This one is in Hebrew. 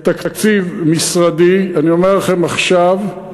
בתקציב משרדי, אני אומר לכם עכשיו,